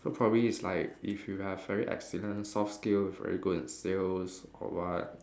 so probably it's like if you have very excellent soft skills very good in sales or what